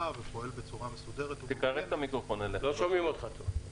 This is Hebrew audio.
ופועל בצורה מסודרת אז צריך לומר כמה דברים: